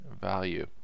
value